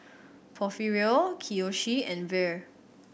Porfirio Kiyoshi and Vere